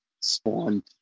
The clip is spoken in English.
spawned